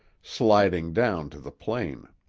sliding down to the plain.